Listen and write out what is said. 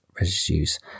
residues